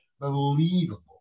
Believable